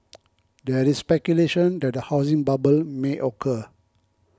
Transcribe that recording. there is speculation that a housing bubble may occur